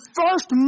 first